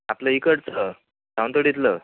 आपलं इकडचं सावंतवाडीतलं